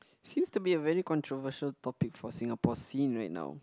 seems to be a very controversial topic for Singapore scene right now